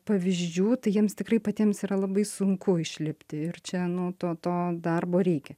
pavyzdžių tai jiems tikrai patiems yra labai sunku išlipti ir čia nu to to darbo reikia